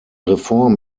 reform